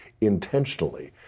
intentionally